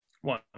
one